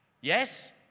Yes